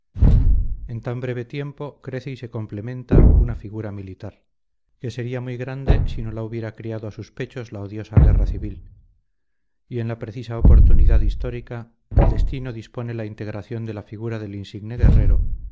en tan breve tiempo crece y se complementa una figura militar que sería muy grande si no la hubiera criado a sus pechos la odiosa guerra civil y en la precisa oportunidad histórica el destino dispone la integración de la figura del insigne guerrero